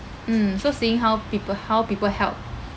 mm so seeing how people how people help